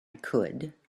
could